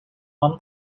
one